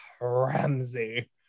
Ramsey